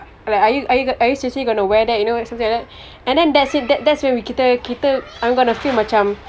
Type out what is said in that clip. like are you are you are you seriously going to wear that you know and that's it that's where kita kita I'm gonna feel macam